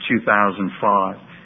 2005